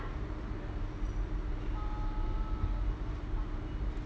ah one hour